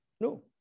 No